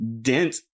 dent